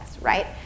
right